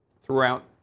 throughout